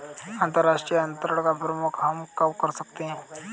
अंतर्राष्ट्रीय अंतरण का प्रयोग हम कब कर सकते हैं?